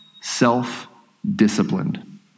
Self-disciplined